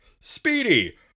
Speedy